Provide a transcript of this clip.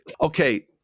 Okay